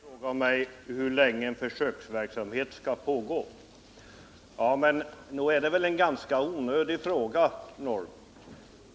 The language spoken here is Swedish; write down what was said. Herr talman! Karl-Eric Norrby frågar mig hur länge en försöksverksamhet skall pågå. Nog är det väl en ganska onödig fråga.